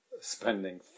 spending